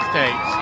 States